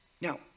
now